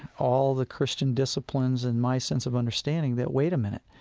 all the christian disciplines, and my sense of understanding that, wait a minute,